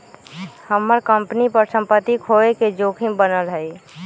हम्मर कंपनी पर सम्पत्ति खोये के जोखिम बनल हई